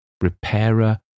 Repairer